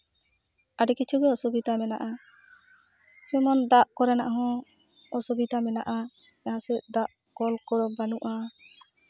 ᱟᱹᱰᱤ ᱠᱤᱪᱷᱩ ᱜᱮ ᱚᱥᱩᱵᱤᱫᱷᱟ ᱢᱮᱱᱟᱜᱼᱟ ᱡᱮᱢᱚᱱ ᱫᱟᱜ ᱠᱚᱨᱮᱱᱟᱜ ᱦᱚᱸ ᱚᱥᱩᱵᱤᱫᱷᱟ ᱢᱮᱱᱟᱜᱼᱟ ᱥᱮ ᱫᱟᱜ ᱠᱚᱞ ᱠᱚ ᱵᱟᱹᱱᱩᱜᱼᱟ